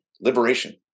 Liberation